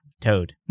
Toad